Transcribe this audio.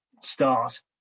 start